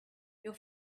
your